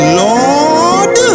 lord